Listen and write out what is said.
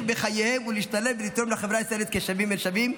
בחייהם ולהשתלב ולתרום לחברה הישראלית כשווים בין שווים.